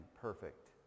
perfect